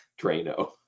Drano